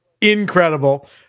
incredible